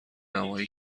نمایی